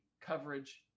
coverage